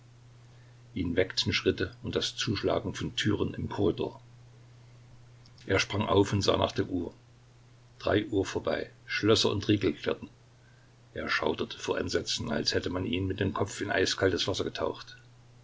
ihn weckten schritte und das zuschlagen von türen im korridor er sprang auf und sah nach der uhr drei uhr vorbei schlösser und riegel klirrten er schauderte vor entsetzen als hätte man ihn mit dem kopf in eiskaltes wasser getaucht